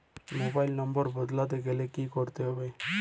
Mobile number বদলাতে গেলে কি করতে হবে?